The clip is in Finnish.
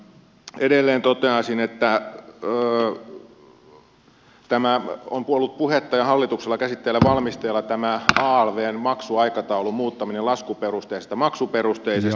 edelleen toteaisin että kun on ollut puhetta ja hallituksella valmisteilla tämä alvn maksuaikataulun muuttaminen laskuperusteisesta maksuperusteiseksi niin se on hyvä juttu